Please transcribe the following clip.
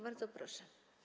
Bardzo proszę.